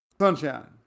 Sunshine